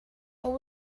ond